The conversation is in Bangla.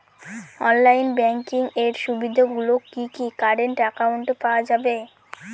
অনলাইন ব্যাংকিং এর সুবিধে গুলি কি কারেন্ট অ্যাকাউন্টে পাওয়া যাবে?